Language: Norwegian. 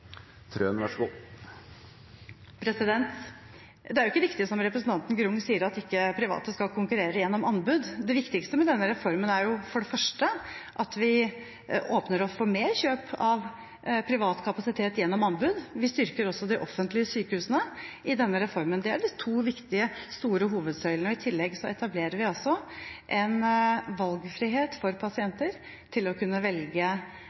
Det er ikke riktig som representanten Grung sier, at private ikke skal konkurrere gjennom anbud. Det viktigste med denne reformen er jo for det første at vi åpner opp for mer kjøp av privat kapasitet gjennom anbud. Vi styrker også de offentlige sykehusene i denne reformen. Det er de to viktige store hovedsøylene. I tillegg etablerer vi altså en valgfrihet for pasienter til å kunne velge